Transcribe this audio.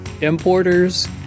importers